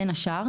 בין השאר,